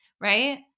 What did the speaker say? right